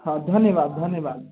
हँ धन्यवाद धन्यवाद